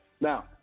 Now